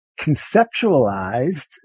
conceptualized